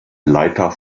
leiter